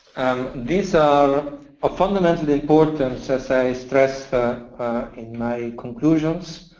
these ah are of fundamental importance, as i stressed in my conclusions.